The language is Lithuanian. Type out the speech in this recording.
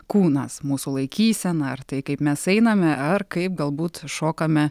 kūnas mūsų laikysena ar tai kaip mes einame ar kaip galbūt šokame